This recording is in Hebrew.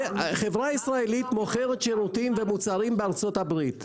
חברה ישראלית מוכרת שירותים ומוצרים בארצות הברית,